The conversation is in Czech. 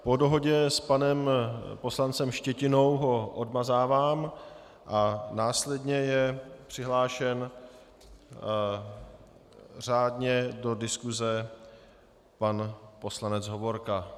Po dohodě s panem poslancem Štětinou ho odmazávám a následně je přihlášen řádně do diskuse pan poslanec Hovorka.